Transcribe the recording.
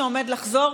שעומד לחזור,